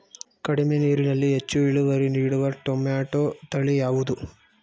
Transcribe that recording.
ಕಡಿಮೆ ನೀರಿನಲ್ಲಿ ಹೆಚ್ಚು ಇಳುವರಿ ನೀಡುವ ಟೊಮ್ಯಾಟೋ ತಳಿ ಯಾವುದು?